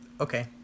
Okay